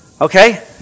Okay